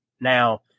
Now